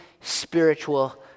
spiritual